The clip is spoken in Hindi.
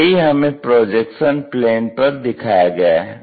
यही हमें प्रोजेक्शन प्लेन पर दिखाया गया है